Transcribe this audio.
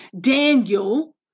Daniel